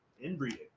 inbreeding